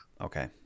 okay